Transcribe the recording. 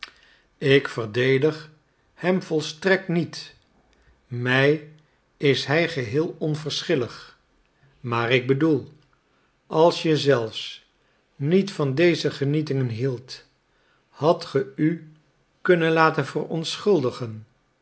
ik verdedig hem volstrekt niet mij is hij geheel onverschillig maar ik bedoel als je zelfs niet van deze genietingen hieldt had ge u kunnen laten